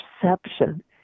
perception